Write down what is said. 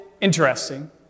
interesting